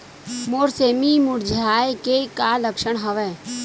मोर सेमी मुरझाये के का लक्षण हवय?